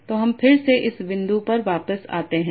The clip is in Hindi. तो हम फिर से इस बिंदु पर वापस आते हैं